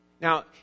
Now